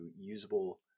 usable